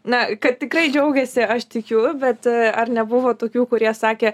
na kad tikrai džiaugėsi aš tikiu bet ar nebuvo tokių kurie sakė